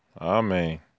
Amen